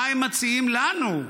מה הם מציעים לנו?